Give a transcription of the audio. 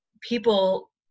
people